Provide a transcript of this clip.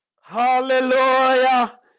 Hallelujah